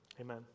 Amen